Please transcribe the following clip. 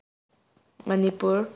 Manipur